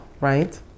right